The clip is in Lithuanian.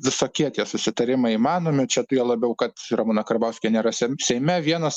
visokie tie susitarimai įmanomi šiaip juo labiau kad ramūno karbauskio nėra sei seime vienas